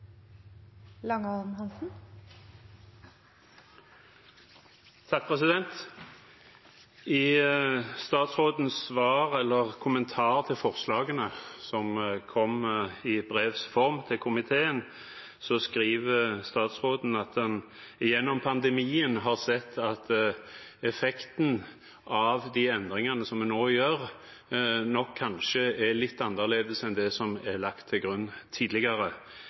blir replikkordskifte. I statsrådens kommentar til forslagene, som kom i brevs form til komiteen, skriver statsråden at han gjennom pandemien har sett at effekten av de endringene som vi nå gjør, nok kanskje er litt annerledes enn det som er lagt til grunn tidligere.